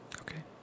Okay